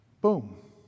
Boom